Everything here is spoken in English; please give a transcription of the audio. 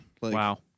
Wow